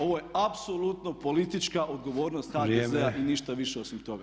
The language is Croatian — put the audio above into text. Ovo je apsolutno politička odgovornost HDZ-a i ništa više osim toga [[Upadica Sanader: Vrijeme.]] Hvala.